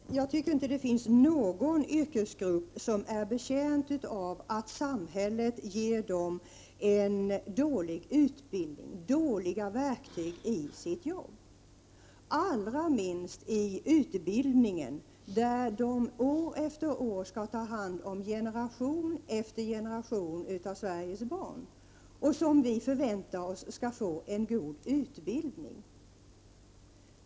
Herr talman! Jag tycker inte att det finns någon yrkesgrupp som är betjänt av att samhället ger den dålig utbildning, dåliga verktyg i sitt jobb — allra minst i utbildningen, där de år efter år skall ta hand om generation efter generation av Sveriges barn, som vi förväntar oss skall få en god utbildning.